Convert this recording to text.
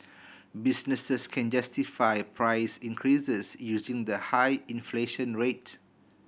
businesses can justify price increases using the high inflation rate